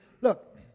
Look